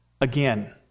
again